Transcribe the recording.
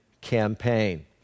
Campaign